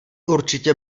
určitě